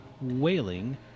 wailing